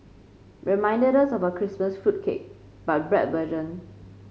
reminded us of a Christmas fruit cake but bread version